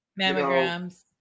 Mammograms